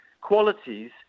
qualities